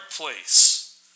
place